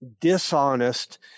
dishonest